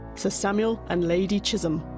sir samuel and lady chisholm.